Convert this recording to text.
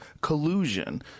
collusion